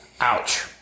Ouch